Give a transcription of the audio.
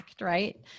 right